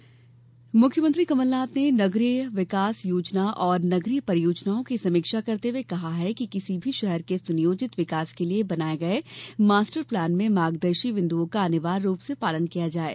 master plan मुख्यमंत्री कमल नाथ ने नगरीय विकास योजना एवं नगरीय परियोजनाओं की समीक्षा करते हुए कहा है कि किसी भी शहर के सुनियोजित विकास के लिये बनाये गये मास्टर प्लान में मार्गदर्शी बिन्दुओं का अनिवार्य रूप से पालन किया जाये